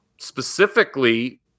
Specifically